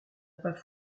pas